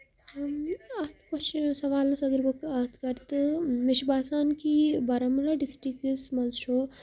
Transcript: اَتھ کوسچنس سوالَس اَگر بہٕ کَتھ کرٕ تہٕ مےٚ چھُ باسان کہِ بارامولہ ڈِسٹرکٹس منٛز چھُ